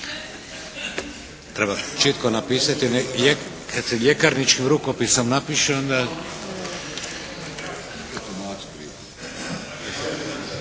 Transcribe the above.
Treba čitko napisati. Kad se ljekarničkim rukopisom napiše onda.